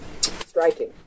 striking